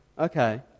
Okay